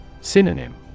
Synonym